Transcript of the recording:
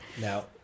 Now